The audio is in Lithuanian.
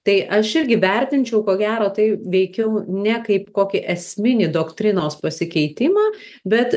tai aš irgi vertinčiau ko gero tai veikiau ne kaip kokį esminį doktrinos pasikeitimą bet